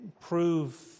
prove